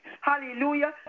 hallelujah